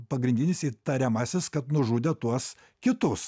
pagrindinis įtariamasis kad nužudė tuos kitus